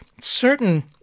certain